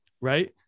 right